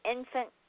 Infant